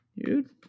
dude